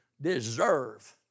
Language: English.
deserve